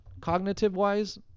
cognitive-wise